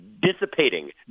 dissipating